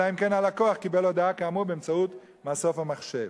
אלא אם כן הלקוח קיבל הודעה כאמור באמצעות מסוף המחשב.